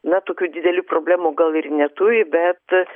na tokių didelių problemų gal ir neturi bet